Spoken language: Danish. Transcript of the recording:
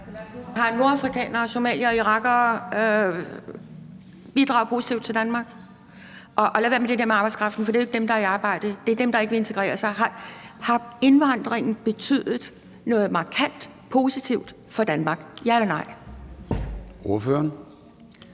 har nordafrikanere, somaliere og irakere bidraget positivt til Danmark? Og lad være med det der med arbejdskraften, for det er jo ikke dem, der er i arbejde, for det er jo dem, der ikke vil integrere sig. Har indvandringen betydet noget markant positivt for Danmark – ja eller nej?